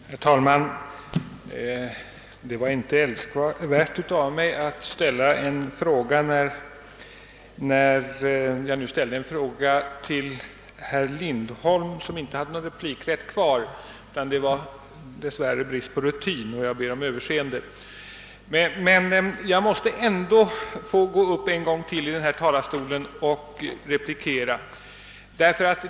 Herr talman! Det var inte älskvärt av mig att ställa en fråga till herr Lindholm när han inte hade någon replikrätt kvar. Det bottnade dess värre i brist på rutin. Jag ber om överseende. Jag måste dock replikera ännu en gång.